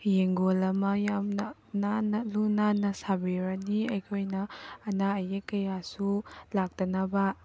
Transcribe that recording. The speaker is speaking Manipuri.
ꯌꯦꯡꯒꯣꯜ ꯑꯃ ꯌꯥꯝꯅ ꯅꯥꯟꯅ ꯂꯨ ꯅꯥꯟꯅ ꯁꯥꯕꯤꯔꯅꯤ ꯑꯩꯈꯣꯏꯅ ꯑꯅꯥ ꯑꯌꯦꯛ ꯀꯌꯥꯁꯨ ꯂꯥꯛꯇꯅꯕ